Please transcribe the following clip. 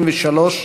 123)